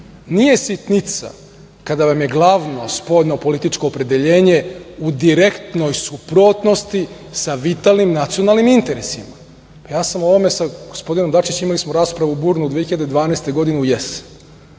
nije sitnica kada vam je glavno spoljnopolitičko opredeljenje u direktnoj suprotnosti sa vitalnim nacionalnim interesima. O ovome sam sa gospodinom Dačićem, imali smo raspravu burnu 2012. godine, u jesen.